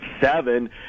seven